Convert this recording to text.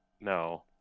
No